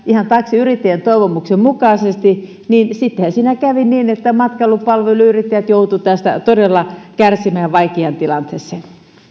ihan taksiyrittäjien toivomusten mukaisesti ja sittenhän siinä kävi niin että matkailupalveluyrittäjät joutuivat tästä todella kärsimään ja vaikeaan tilanteeseen